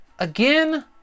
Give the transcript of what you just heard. Again